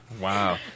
Wow